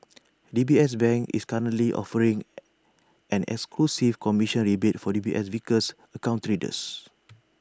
D B S bank is currently offering an exclusive commission rebate for D B S Vickers account traders